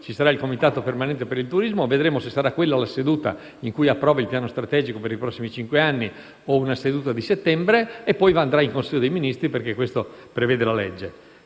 seduta del comitato permanente per il turismo. Vedremo se sarà quella in cui verrà approvato il Piano strategico per i prossimi cinque anni o se sarà a settembre; dopodiché andrà in Consiglio dei ministri perché questo prevede la legge.